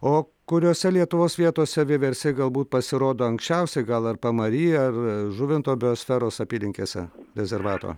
o kuriose lietuvos vietose vieversiai galbūt pasirodo anksčiausiai gal ar pamary ar žuvinto biosferos apylinkėse rezervato